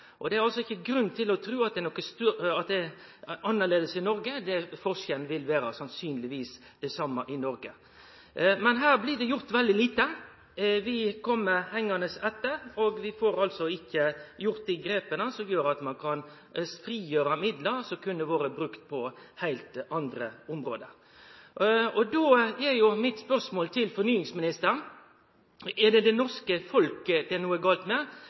Det er altså ikkje grunn til å tru at det er annleis i Noreg. Forskjellen vil sannsynlegvis vere den same i Noreg. Men her blir det gjort veldig lite. Vi kjem hengande etter, og vi får altså ikkje gjort dei grepa som gjer at ein kan frigjere midlar som kunne ha vore brukte på heilt andre område. Då er mitt spørsmål til fornyingsministeren: Er det det norske folket det er noko galt med,